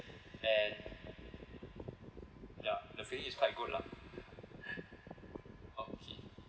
then ya the feeling is quite good lah okay